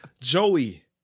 joey